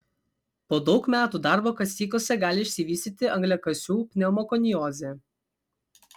po daug metų darbo kasyklose gali išsivystyti angliakasių pneumokoniozė